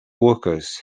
workers